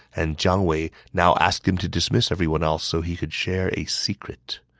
and jiang wei now asked him to dismiss everyone else so he could share a secret.